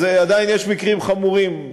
אז עדיין יש מקרים חמורים,